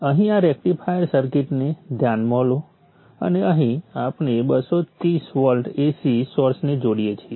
અહીં આ રેક્ટિફાયર સર્કિટને ધ્યાનમાં લો અને અહીં આપણે 230 વોલ્ટ એસી સોર્સને જોડીએ છીએ